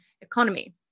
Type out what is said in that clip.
economy